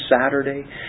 Saturday